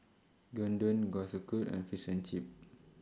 Gyudon Kalguksu and Fish and Chips